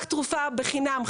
בחינם,